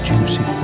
Juicy